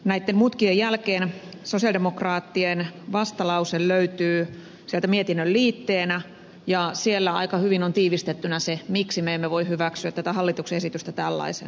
näitten mutkien jälkeen sosialidemokraattien vastalause löytyy sieltä mietinnöstä on sen liitteenä ja siellä aika hyvin on tiivistettynä se miksi me emme voi hyväksyä tätä hallituksen esitystä tällaisenaan